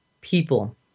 people